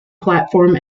platform